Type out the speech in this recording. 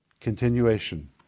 continuation